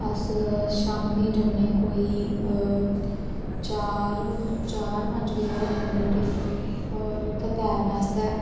अस शाम्मी जन्ने कोई चार चार पंज बजे हारै कन्नै जन्ने उठी होर उत्थैं तैरने आस्तै